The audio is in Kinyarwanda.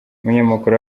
umunyamakuru